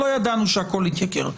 לא ידענו שהכול יתייקר.